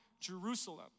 Jerusalem